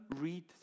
read